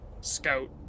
scout